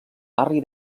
barri